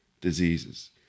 diseases